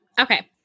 Okay